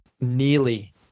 nearly